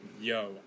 Yo